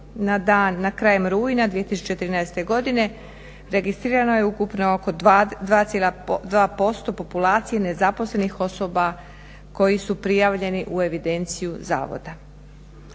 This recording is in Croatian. krajem rujna 2013. godine registrirano je ukupno oko 2,2% populacije nezaposlenih osoba koji su prijavljeni u evidenciju zavoda.